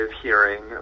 hearing